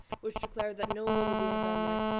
which declared that no willoughby had been there.